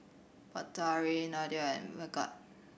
Batari Nadia and Megat